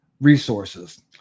resources